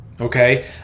okay